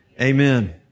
Amen